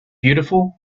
beautiful